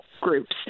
groups